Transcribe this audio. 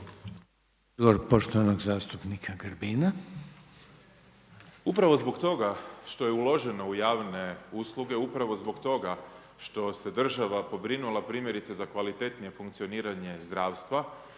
Odgovor poštovanog zastupnika Grbina.